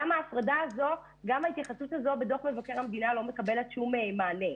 גם ההתייחסות הזו בדוח מבקר המדינה לא מקבלת שום מענה.